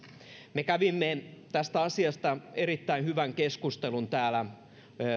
me kävimme tästä asiasta erittäin hyvän keskustelun täällä